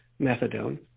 methadone